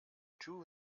two